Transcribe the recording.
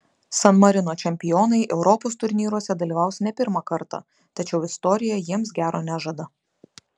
san marino čempionai europos turnyruose dalyvaus ne pirmą kartą tačiau istorija jiems gero nežada